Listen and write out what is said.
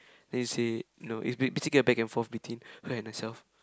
then you say no it's ba~ basically a back and forth between her and herself